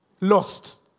lost